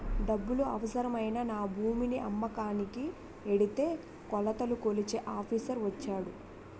డబ్బులు అవసరమై నా భూమిని అమ్మకానికి ఎడితే కొలతలు కొలిచే ఆఫీసర్ వచ్చాడు